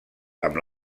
amb